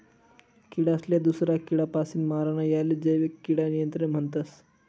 किडासले दूसरा किडापासीन मारानं यालेच जैविक किडा नियंत्रण म्हणतस